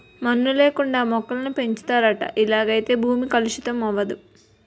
మన్ను లేకుండా మొక్కలను పెంచుతారట ఇలాగైతే భూమి కలుషితం అవదు